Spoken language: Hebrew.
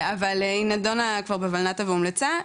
אבל היא נדונה כבר בוולנת"ע והומלצה,